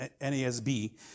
NASB